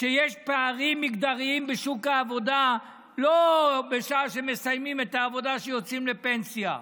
שיש פערים מגדריים לא בשעה שמסיימים את העבודה ויוצאים לפנסיה,